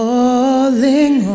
Falling